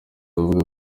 avuga